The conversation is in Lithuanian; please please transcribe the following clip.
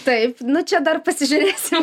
taip nu čia dar pasižiūrėsim